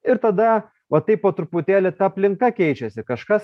ir tada va taip po truputėlį ta aplinka keičiasi kažkas